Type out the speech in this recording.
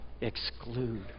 exclude